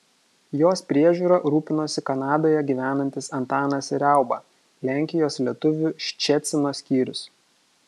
jos priežiūra rūpinosi kanadoje gyvenantis antanas riauba lenkijos lietuvių ščecino skyrius